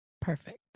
Perfect